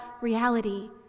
reality